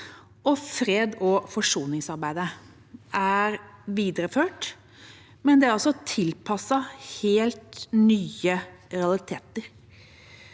Fred og forsoningsarbeidet er videreført, men det er altså tilpasset helt nye realiteter